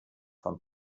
von